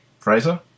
Fraser